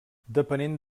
depenent